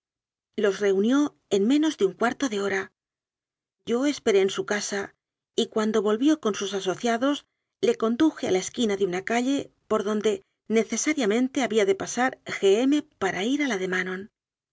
los reunió en me nos de un cuarto de hora yo esperé en su casa y cuando volvió con sus asociados le conduje a la esquina de una calle por donde necesariamente ha bía de pasar g m para ir a la de